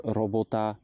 robota